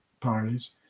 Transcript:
parties